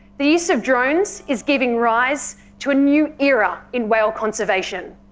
the use of drones is giving rise to a new era in whale conservation.